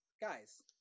guys